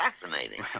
fascinating